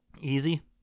Easy